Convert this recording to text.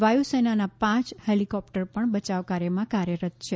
વાયુસેનાની પાંચ હેલીકોપ્ટર પણ બચાવ કાર્યમાં કાર્યરત છે